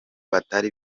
batari